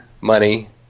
money